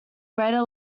greater